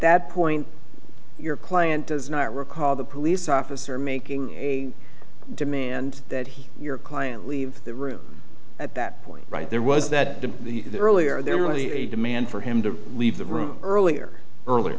that point your client does not recall the police officer making a demand that he your client leave the room at that point right there was that the earlier there were only a demand for him to leave the room earlier earlier